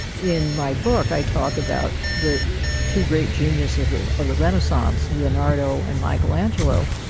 in my book i talk about the two great geniuses ah of the renaissance, leonardo and michelangelo,